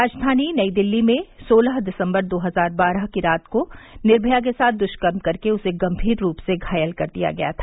राजधानी नयी दिल्ली में सोलह दिसंबर दो हजार बारह की रात को निर्मया के साथ दृष्कर्म कर के उसे गंभीर रूप से घायल कर दिया गया था